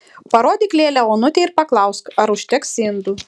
parodyk lėlę onutei ir paklausk ar užteks indų